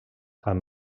amb